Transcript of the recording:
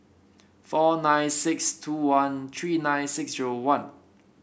four nine six two one three nine six zero one